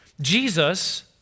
Jesus